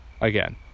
again